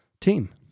team